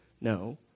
No